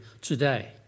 today